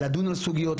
לדון בסוגיות,